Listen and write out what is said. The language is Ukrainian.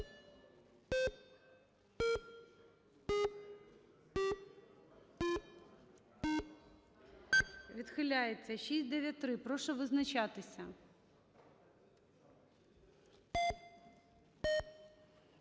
Відхиляється. 694. Прошу визначатися.